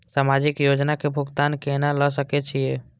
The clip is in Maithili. समाजिक योजना के भुगतान केना ल सके छिऐ?